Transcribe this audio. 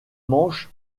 manche